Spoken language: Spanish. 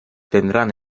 tendrán